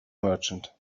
merchant